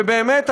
ובאמת,